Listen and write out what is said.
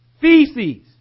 feces